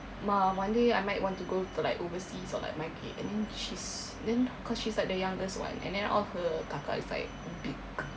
ma one day I might want to go to like overseas or like migrate and then she's then cause she's like the youngest one and then all her kakak is like big